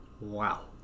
Wow